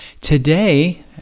today